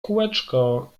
kółeczko